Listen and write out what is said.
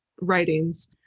writings